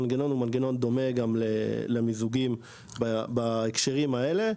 המנגנון דומה גם למיזוגים בהקשרים האלה.